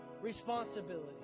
responsibility